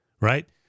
right